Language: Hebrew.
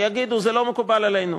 ויגידו: זה לא מקובל עלינו,